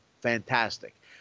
fantastic